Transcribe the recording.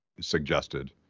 suggested